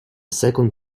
second